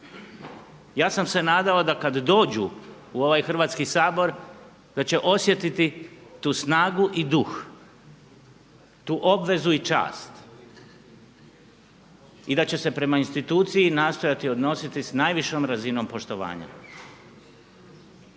Ja sam se nadao da kad dođu u ovaj Hrvatski sabor da će osjetiti tu snagu i duh, tu obvezu i čast i da će se prema instituciji nastojati odnositi sa najvišom razinom poštovanja.